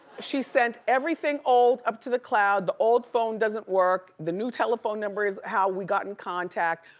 she sent everything old up to the cloud, the old phone doesn't work, the new telephone number is how we got in contact.